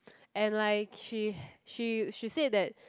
and like she she she say that